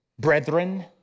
brethren